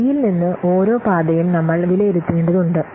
ഡിയിൽ നിന്ന് ഓരോ പാതയും നമ്മൾ വിലയിരുത്തേണ്ടതുണ്ട്